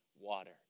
water